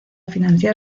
financiar